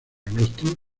agosto